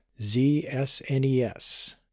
ZSNES